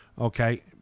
Okay